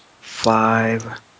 five